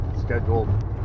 scheduled